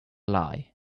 lie